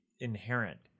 inherent